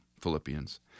Philippians